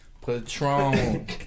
Patron